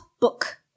book